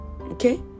Okay